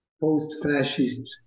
post-fascist